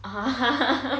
(uh huh)